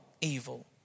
evil